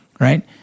right